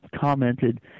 commented